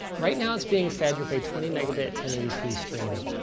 right now it's being fed with a twenty megabit and eighty p stream.